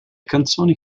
canzoni